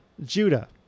Judah